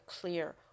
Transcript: clear